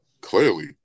clearly